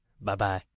Bye-bye